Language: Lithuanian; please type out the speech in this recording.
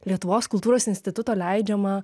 lietuvos kultūros instituto leidžiamą